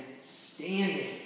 standing